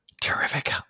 Terrific